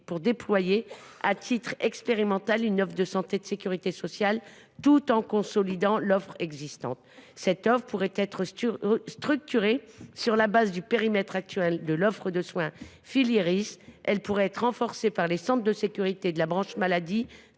pour déployer, à titre expérimental, cette offre de santé et de sécurité sociale, tout en consolidant l’offre existante. Cette offre serait structurée sur la base du périmètre actuel du réseau Filiéris. Elle pourrait être renforcée par les centres de santé de la branche maladie,